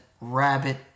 Rabbit